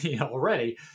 already